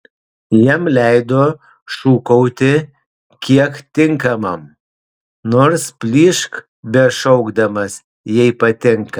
jam leido šūkauti kiek tinkamam nors plyšk bešaukdamas jei patinka